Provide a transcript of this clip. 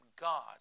God